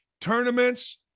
Tournaments